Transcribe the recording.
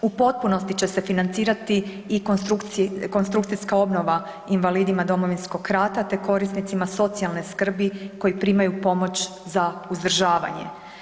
U potpunosti će se financirati i konstrukcijska obnova invalidima Domovinskog rata, te korisnicima socijalne skrbi koji primaju pomoć za uzdržavanje.